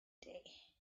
day